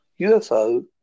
UFO